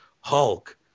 Hulk